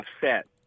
upset